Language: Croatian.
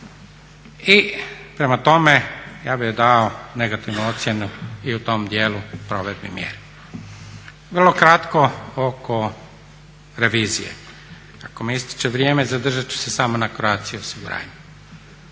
Prema tome, ja bi dao negativnu ocjenu i u tom dijelu provedbi mjera. Vrlo kratko oko revizije. Ako mi ističe vrijeme zadržat ću se samo na Croatia osiguranju.